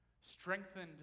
Strengthened